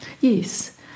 Yes